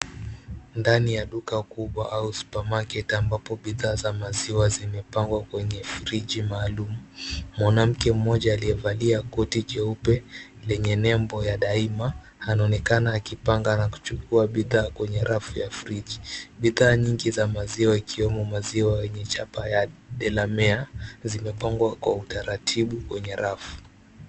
Ndani ya duka kubwa au supermarket ambapo bidhaa za maziwa zimepangwa katika fridge maalum. Mwanamke mmoja aliyevalia koti jeupe lenye nembo ya daima anaonekana akipanga na kuchukua bidhaa kwenye rafu ya fridge . Bidhaa nyingi za maziwa ikiwemo maziwa yenye chapa ya Delamere zimepangwa kwa utaratibu kwenye rafu.